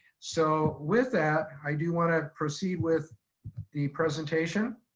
so with that, i do wanna proceed with the presentation,